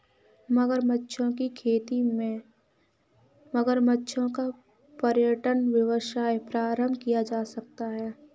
मगरमच्छों की खेती से मगरमच्छों का पर्यटन व्यवसाय प्रारंभ किया जा सकता है